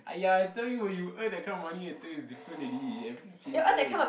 !aiya! I tell you when you earn that kind of money everything is different already everything changes